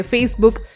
Facebook